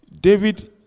david